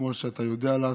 כמו שאתה יודע לעשות,